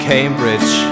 Cambridge